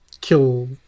kill